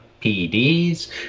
PEDs